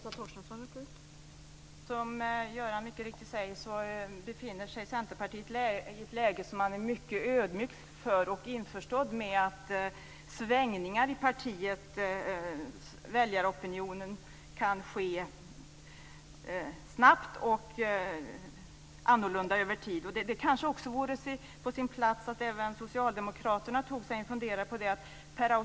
Fru talman! Som Göran Magnusson mycket riktigt säger befinner sig Centerpartiet i ett läge som man är mycket ödmjuk inför och införstådd med. Svängningar i väljaropinionen kan ske snabbt och det kan bli annorlunda över tiden. Det kanske vore på sin plats att även socialdemokraterna tog sig en funderade på det.